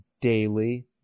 daily